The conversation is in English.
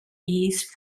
east